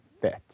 fit